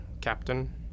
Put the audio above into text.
Captain